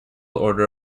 order